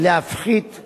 להפחית את